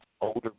older